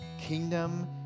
kingdom